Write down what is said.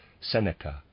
Seneca